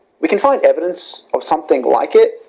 we can find evidence of something like it,